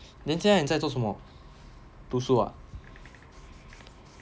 then 现在你在做什么读书 ah